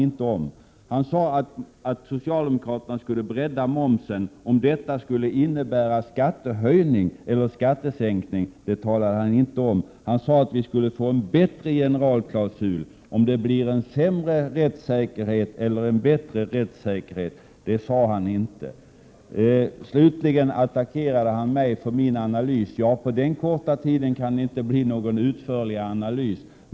Vidare gav han besked om att socialdemokraterna skulle bredda momsen. Men han talade inte om huruvida detta skulle innebära skattehöjning eller skattesänkning. Det fjärde beskedet var att vi skulle få en bättre generalklausul. Om rättssäkerheten därmed skulle förbättras eller försämras sade han ingenting om. Jan Bergqvist attackerade mig för den analys jag har gjort. På den korta tid jag här förfogar över kan det inte bli fråga om någon utförligare analys.